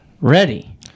ready